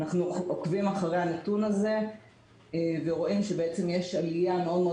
אנחנו עוקבים אחרי הנתון הזה ורואים שבעצם יש עלייה מאוד מאוד